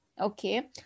Okay